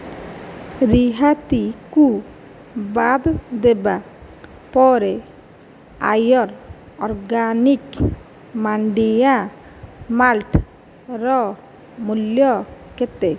ରିହାତି କୁ ବାଦ୍ ଦେବା ପରେ ଆୟର୍ ଆର୍ଗାନିକ୍ ମାଣ୍ଡିଆ ମାଲ୍ଟର ମୂଲ୍ୟ କେତେ